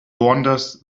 wanders